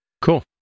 cool